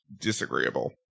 disagreeable